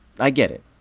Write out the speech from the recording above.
i get it.